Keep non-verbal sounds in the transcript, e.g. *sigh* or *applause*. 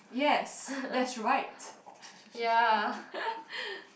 yes that's right *laughs*